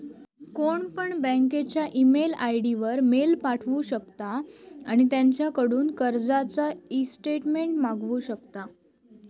कोणपण बँकेच्या email ID वर मेल पाठवु शकता आणि त्यांच्याकडून कर्जाचा ईस्टेटमेंट मागवु शकता